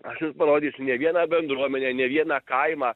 aš jums parodysiu ne vieną bendruomenę ne vieną kaimą